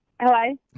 Hello